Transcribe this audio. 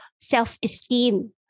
self-esteem